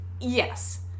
Yes